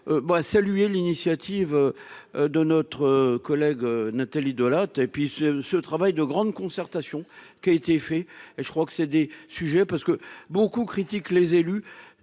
salué l'initiative de notre collègue Nathalie Delattre et puis ce ce travail de grande concertation qui a été fait et je crois que c'est des sujets parce que beaucoup critiquent les élus